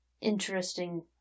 interesting